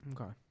Okay